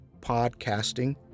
podcasting